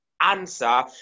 Answer